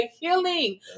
Healing